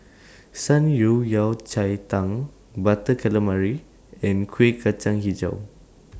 Shan Rui Yao Cai Tang Butter Calamari and Kueh Kacang Hijau